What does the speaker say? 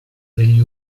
degli